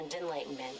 enlightenment